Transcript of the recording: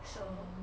so